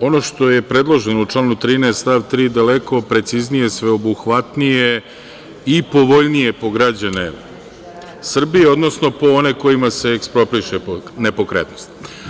ono što je predloženo u članu 13. stav 3. da je daleko preciznije, sveobuhvatnije i povoljnije po građane Srbije, odnosno po one kojima se ekspropriše nepokretnost.